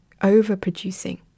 overproducing